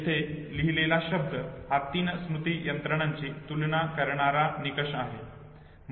येथे लिहिलेला शब्द हा तीन स्मृती यंत्रणांची तुलना करणारा निकष आहे